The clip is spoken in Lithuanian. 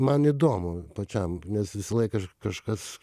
man įdomu pačiam nes visą lai kas kažkas